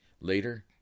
Later